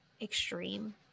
extreme